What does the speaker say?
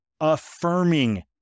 affirming